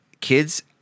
kids